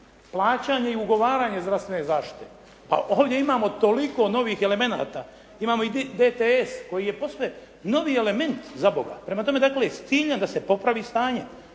plaćanje i ugovaranje zdravstvene zaštite. Pa ovdje imamo toliko novih elemenata, imamo i DDS koji je posve novi element zaboga. Prem tome, dakle s ciljem da se popravi stanje.